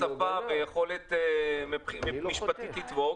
שפתית ויכולת משפטית לתבוע,